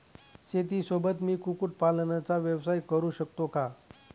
शेतीसोबत मी कुक्कुटपालनाचा व्यवसाय करु शकतो का?